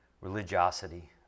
religiosity